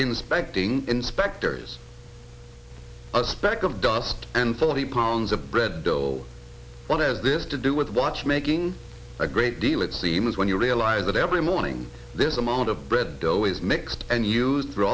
inspecting inspectors a speck of dust and forty pounds of bread dough what has this to do with watchmaking a great deal it seems when you realize that every morning this amount of bread dough is mixed and used